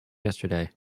yesterday